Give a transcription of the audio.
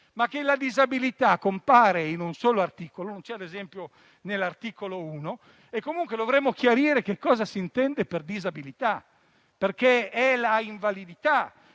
che la disabilità compare in un solo articolo - non c'è, ad esempio, nell'articolo 1 - e che comunque dovremmo chiarire cosa si intende per disabilità. È l'invalidità